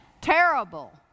terrible